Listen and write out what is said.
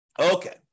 Okay